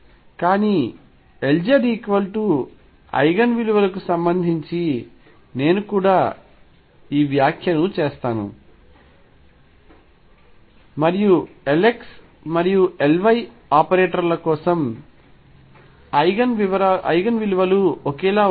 కానీ Lz eigen విలువలకు సంబంధించి నేను కూడా ఈ వ్యాఖ్యను చేస్తాను మరియు Lx మరియు Ly ఆపరేటర్ ల కోసం ఐగెన్ విలువలు ఒకేలా ఉంటాయి